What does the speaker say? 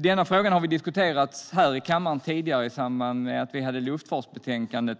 Denna fråga diskuterade vi i kammaren i samband med luftfartsbetänkandet.